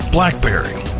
Blackberry